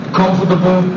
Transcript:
comfortable